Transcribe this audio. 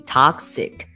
toxic